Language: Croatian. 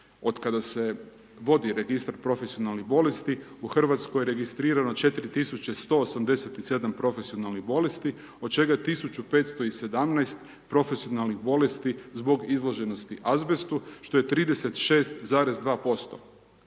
od kada se vodi registar profesionalnih bolesti, u Hrvatskoj je registrirano 4 187 profesionalnih bolesti, od čega je 1517 profesionalnih bolesti zbog izloženosti azbestu, što je 36,2%.